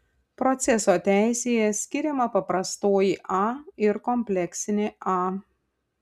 proceso teisėje skiriama paprastoji a ir kompleksinė a